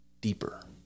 deeper